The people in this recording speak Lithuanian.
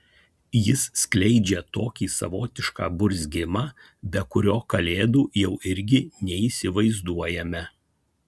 jis skleidžia tokį savotišką burzgimą be kurio kalėdų jau irgi neįsivaizduojame